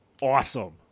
awesome